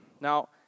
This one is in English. Now